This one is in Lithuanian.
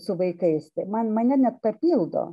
su vaikais tai man mane net papildo